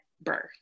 birth